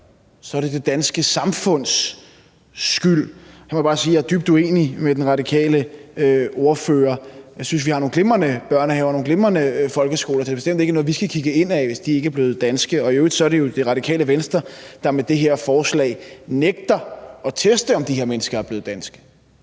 så er det det danske samfunds skyld. Her må jeg bare sige, at jeg er dybt uenig med den radikale ordfører. Jeg synes, vi har nogle glimrende børnehaver og nogle glimrende folkeskoler, og det er bestemt ikke noget, hvor vi skal kigge indad, hvis de personer ikke er blevet danske, og i øvrigt er det jo Det Radikale Venstre, der med det her forslag nægter at teste, om de her mennesker er blevet danske.